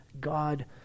God